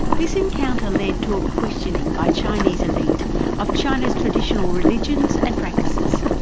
this encounter led to a questioning by chinese elite of china's traditional religions and practices.